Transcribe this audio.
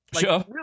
Sure